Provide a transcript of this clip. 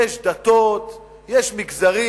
יש דתות ויש מגזרים.